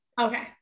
Okay